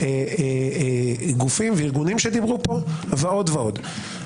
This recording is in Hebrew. גופים וארגונים שדיברו כאן ועוד ועוד.